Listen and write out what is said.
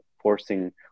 forcing